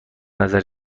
نظر